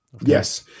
Yes